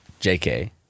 Jk